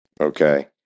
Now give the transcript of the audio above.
okay